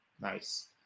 Nice